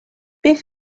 beth